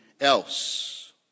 else